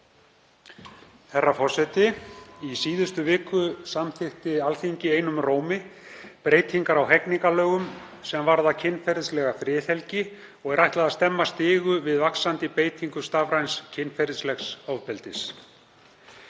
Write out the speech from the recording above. Herra forseti. Í síðustu viku samþykkti Alþingi einum rómi breytingar á hegningarlögum sem varða kynferðislega friðhelgi og er ætlað að stemma stigu við vaxandi beitingu stafræns kynferðislegs ofbeldis.